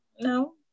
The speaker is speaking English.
no